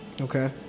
okay